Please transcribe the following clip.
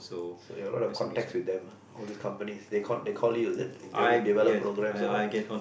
so you a lot of contacts with them all these companies they they call you is it they want to develop programmes or what